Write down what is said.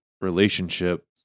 relationship